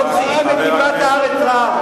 מוציאים את דיבת הארץ רעה.